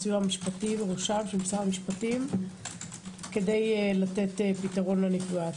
הסיוע המשפטי ומשרד המשפטים כדי לתת פתרון לנפגעת.